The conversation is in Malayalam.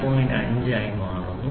500 ആയി മാറുന്നു